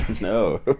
no